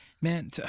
Man